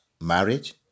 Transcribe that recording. marriage